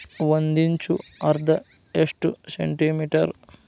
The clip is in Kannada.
ಒಂದಿಂಚು ಅಂದ್ರ ಎಷ್ಟು ಸೆಂಟಿಮೇಟರ್?